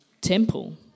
temple